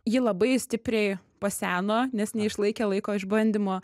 ji labai stipriai paseno nes neišlaikė laiko išbandymo